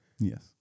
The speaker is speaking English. Yes